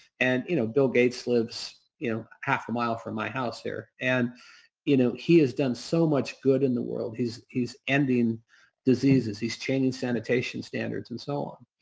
and you know bill gates lives you know half a mile from my house here and you know he has done so much good in the world. he's he's ending diseases. he's changing sanitation standards and so on.